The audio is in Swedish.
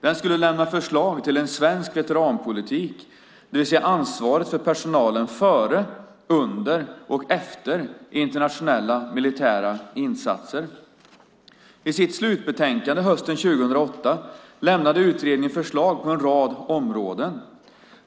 Den skulle lämna förslag till en svensk veteranpolitik, det vill säga ansvaret för personalen före, under och efter internationella militära insatser. I sitt slutbetänkande hösten 2008 lämnade utredningen förslag på en rad områden .